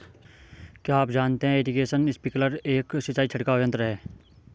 क्या आप जानते है इरीगेशन स्पिंकलर एक सिंचाई छिड़काव यंत्र है?